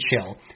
chill